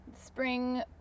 Spring